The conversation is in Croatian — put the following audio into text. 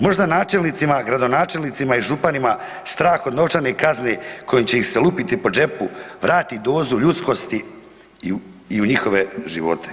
Možda načelnicima, gradonačelnicima i županima strah od novčane kazne kojom će ih se lupiti po džepu vrati dozu ljudskosti i u njihove živote.